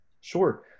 Sure